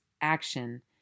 action